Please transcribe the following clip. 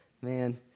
man